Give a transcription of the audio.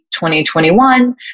2021